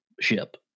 ship